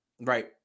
Right